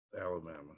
Alabama